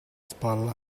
spalla